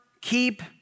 keep